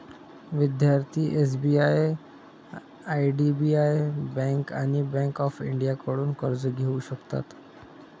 विद्यार्थी SBI IDBI bank आणि bank of इंडियाकडून कर्ज घेऊ शकतात